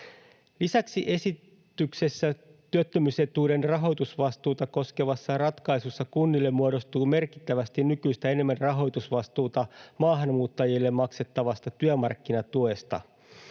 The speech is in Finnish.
Lisäksi esityksessä työttömyysetuuden rahoitusvastuuta koskevassa ratkaisussa kunnille muodostuu merkittävästi nykyistä enemmän rahoitusvastuuta maahanmuuttajille maksettavasta työmarkkinatuesta.